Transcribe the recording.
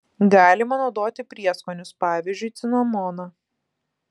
galima naudoti prieskonius pavyzdžiui cinamoną